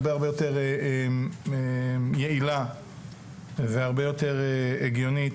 הרבה הרבה יותר יעילה והרבה יותר הגיונית,